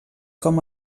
com